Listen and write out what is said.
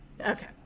Okay